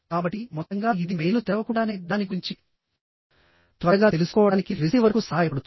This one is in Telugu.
కాబట్టిమొత్తంగా ఇది మెయిల్ను తెరవకుండానే దాని గురించి త్వరగా తెలుసుకోవడానికి రిసీవర్కు సహాయపడుతుంది